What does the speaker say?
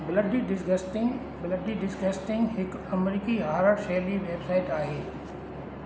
bloody disgusting bloody disgusting हिकु अमरिकी horror शैली वेबसाइट आहे